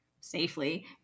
safely